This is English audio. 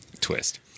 twist